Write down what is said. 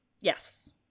Yes